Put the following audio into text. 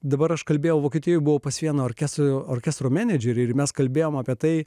dabar aš kalbėjau vokietijoje buvo pas vieno orkestro orkestro menedžerį ir mes kalbėjome apie tai